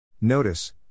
Notice